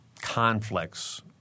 conflicts